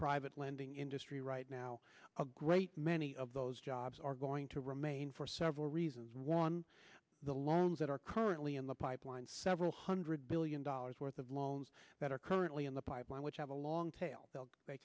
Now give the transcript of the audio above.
private lending industry right now a great many of those jobs are going to remain for several reasons one the loans that are currently in the pipeline several hundred billion dollars worth of loans that are currently in the pipeline which have a long tail they